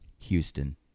houston